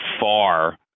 far